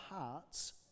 hearts